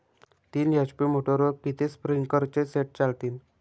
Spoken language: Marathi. तीन एच.पी मोटरवर किती स्प्रिंकलरचे सेट चालतीन?